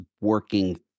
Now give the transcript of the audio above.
working